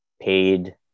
paid